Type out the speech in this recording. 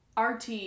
RT